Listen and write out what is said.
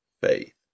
faith